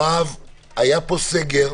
היה סגר.